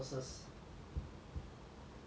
oh shit !wah! scary brother